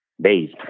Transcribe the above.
base